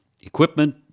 Equipment